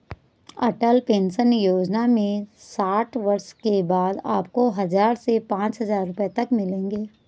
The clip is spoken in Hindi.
अटल पेंशन योजना में साठ वर्ष के बाद आपको हज़ार से पांच हज़ार रुपए तक मिलेंगे